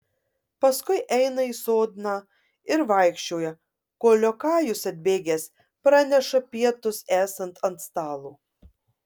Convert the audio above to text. paskui eina į sodną ir vaikščioja kol liokajus atbėgęs praneša pietus esant ant stalo